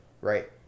right